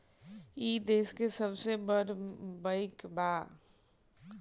ई देस के सबसे बड़ बईक बा